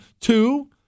Two